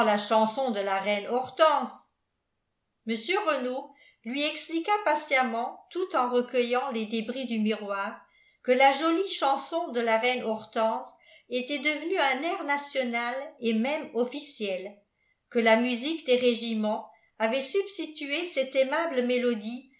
la chanson de la reine hortense mr renault lui expliqua patiemment tout en recueillant les débris du miroir que la jolie chanson de la reine hortense était devenue un air national et même officiel que la musique des régiments avait substitué cette aimable mélodie